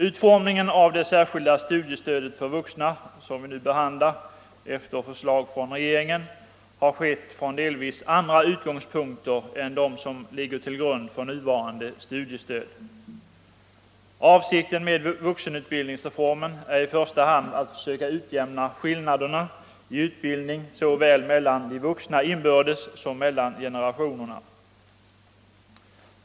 Utformningen av det särskilda studiestödet för vuxna, som vi nu behandlar efter förslag från regeringen, har skett från delvis andra utgångspunkter än dem som ligger till grund för nuvarande studiestöd. Avsikten med vuxenutbildningsreformen är i första hand att försöka utjämna skillnaderna i utbildning såväl mellan de vuxna inbördes som mellan generationerna.